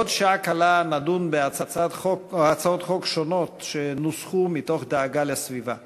בעוד שעה קלה נדון בהצעות חוק שונות שנוסחו מתוך דאגה לסביבה.